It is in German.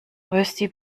rösti